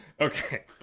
Okay